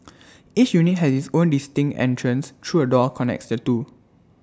each unit has its own distinct entrance through A door connects the two